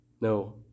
No